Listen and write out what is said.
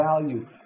value